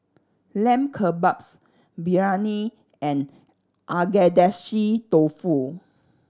Lamb Kebabs Biryani and Agedashi Dofu